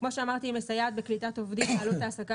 היא מסייעת בקליטת עובדים בעלות העסקה